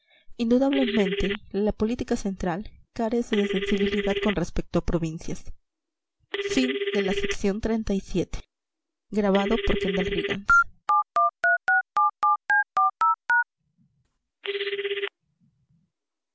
indudablemente la política central carece de sensibilidad con respecto a provincias